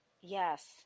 Yes